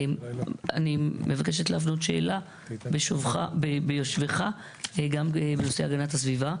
אני מבקשת להפנות שאלה ביושבך גם בנושא הגנת הסביבה.